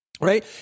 Right